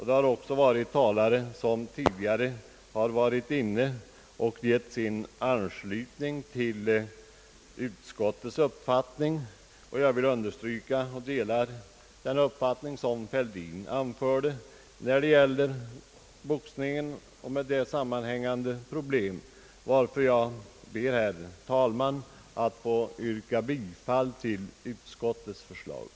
En del av de tidigare talarna har givit sin anslutning till utskottets uppfattning. Jag vill understryka att jag delar den uppfattning Herr talman! Jag ber därför att få yrka bifall till utskottets hemställan.